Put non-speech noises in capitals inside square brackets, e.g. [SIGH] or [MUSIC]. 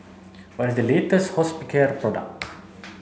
what is the latest Hospicare product [NOISE]